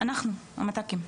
אנחנו, המת"קים,